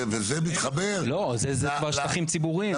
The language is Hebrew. וזה מתחבר --- זה כבר שטחים ציבוריים.